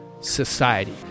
society